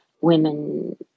women